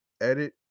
edit